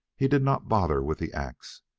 he did not bother with the ax.